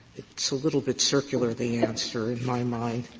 it's a little bit circular, the answer, in my mind.